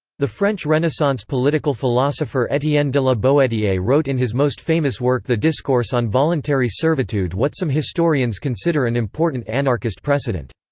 the french renaissance political philosopher etienne de la boetie wrote in his most famous work the discourse on voluntary servitude what some historians consider an important anarchist precedent.